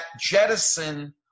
jettison